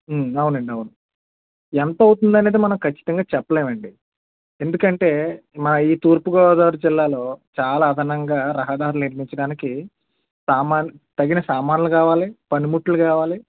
అవునండి అవును ఎంతవుతుందో అనేది మనం ఖచ్చితంగా చెప్పలేమండి ఎందుకంటే మా ఈ తూర్పు గోదావరి జిల్లాలో చాలా అదనంగా రహదారులు నిర్మించడానికి సామాన్ తగిన సామాన్లు కావాలి పనిముట్లు కావాలి